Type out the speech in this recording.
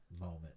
moment